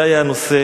זה היה הנושא,